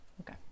Okay